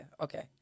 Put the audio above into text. okay